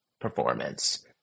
performance